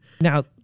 Now